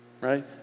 Right